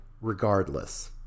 regardless